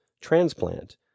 transplant